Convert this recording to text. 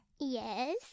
Yes